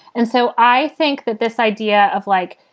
and so i think that this idea of like,